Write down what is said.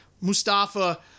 Mustafa